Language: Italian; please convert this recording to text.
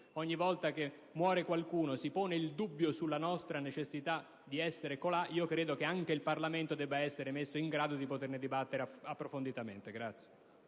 ogni volta che muore qualcuno, si pone il dubbio sulla nostra necessità di essere colà, credo che anche il Parlamento debba essere messo in grado di poterne dibattere approfonditamente.